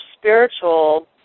spiritual